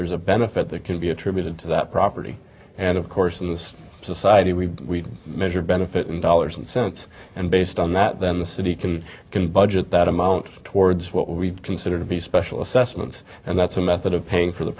there's a benefit that can be attributed to that property and of course in this society we measure benefit in dollars and cents and based on that then the city can can budget that amount towards what we consider to be special assessments and that's a method of paying for the